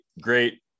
great